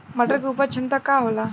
मटर के उपज क्षमता का होला?